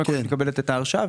לתת לקבוצות שסובלות מהקורונה,